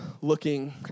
looking